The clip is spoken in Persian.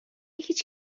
هیچ